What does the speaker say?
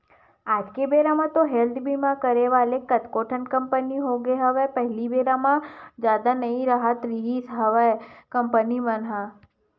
आज के बेरा म तो हेल्थ बीमा करे वाले कतको ठन कंपनी होगे हवय पहिली बेरा म जादा नई राहत रिहिस हवय कंपनी मन ह